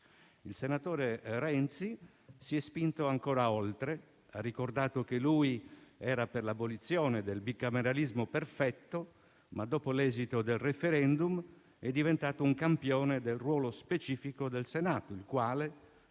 Il senatore Renzi si è spinto ancora oltre: ha ricordato che lui era per l'abolizione del bicameralismo perfetto ma, dopo l'esito del *referendum*, è diventato un campione del ruolo specifico del Senato, il quale,